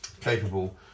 capable